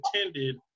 attended